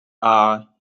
are